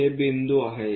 हे बिंदू आहे